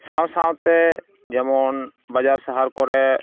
ᱥᱟᱶᱥᱟᱶᱛᱮ ᱡᱮᱢᱚᱱ ᱵᱟᱡᱟᱨ ᱥᱟᱦᱟᱨ ᱠᱚᱨᱮᱜ